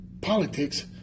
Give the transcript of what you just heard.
politics